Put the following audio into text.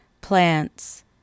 plants